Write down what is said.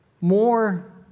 more